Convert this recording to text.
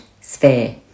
sphere